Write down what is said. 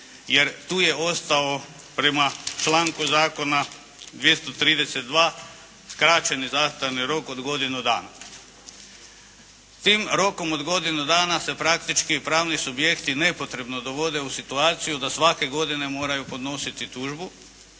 jer tu je ostao prema članku zakona 232. skraćeni zastarni rok od godinu dana. Tim rokom od godinu dana se praktički pravni subjekti nepotrebno dovode u situaciju da svake godine moraju podnositi tužbu